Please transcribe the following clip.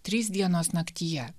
trys dienos naktyje